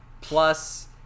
plus